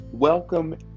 Welcome